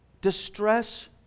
Distress